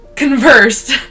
Conversed